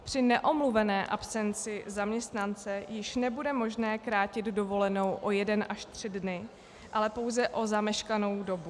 Při neomluvené absenci zaměstnance již nebude možné krátit dovolenou o jeden až tři dny, ale pouze o zameškanou dobu.